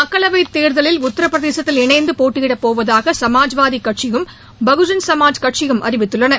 மக்களவைத் தேர்தலில் உத்திரபிரதேசத்தில் இணைந்து போட்டியிடப் போவதாக சமாஜ்வாதிக் கட்சியும் பகுஜன் சமாஜ் கட்சியும் அறிவித்துள்ளன